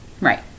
Right